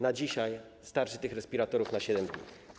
Na dzisiaj starczy tych respiratorów na 7 dni.